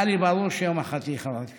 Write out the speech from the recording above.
היה לי ברור שיום אחד תהיי חברת כנסת.